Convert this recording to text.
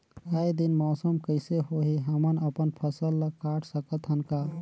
आय दिन मौसम कइसे होही, हमन अपन फसल ल काट सकत हन का?